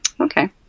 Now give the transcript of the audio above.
Okay